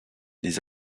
les